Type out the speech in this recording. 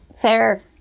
Fair